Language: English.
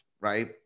right